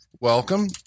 welcome